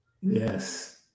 yes